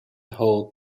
hold